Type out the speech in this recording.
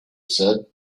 said